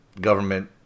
government